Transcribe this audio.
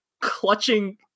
clutching